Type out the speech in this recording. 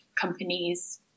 companies